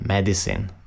Medicine